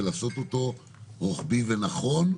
ולעשות אותו רוחבי ונכון,